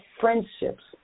friendships